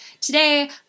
Today